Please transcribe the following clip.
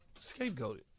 Scapegoated